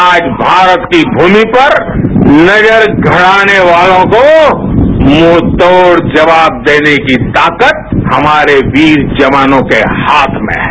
आज भारत की भूमि पर नजर गड़ाने वालों को मुंह तोड़ जवाब देने की ताकत हमारे वीर जवानों के हाथ में है